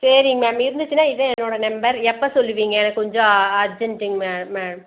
சரிங்க மேம் இருந்துச்சுன்னா இதான் என்னோட நம்பர் எப்போ சொல்லுவீங்க எனக்கு கொஞ்சம் அர்ஜெண்டுங்க மேம் மேம்